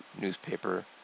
newspaper